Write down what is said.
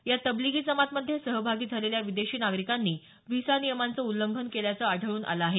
या तबलिगी जमातमध्ये सहभागी झालेल्या विदेशी नागरिकांनी व्हिसा नियमांचं उल्लंघन केल्याचं आढळून आलं आहे